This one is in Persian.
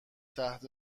تحت